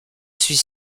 suis